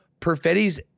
Perfetti's